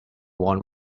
want